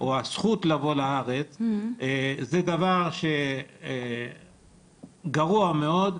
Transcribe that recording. או עבור הזכות לבוא לארץ, זה דבר גרוע מאוד.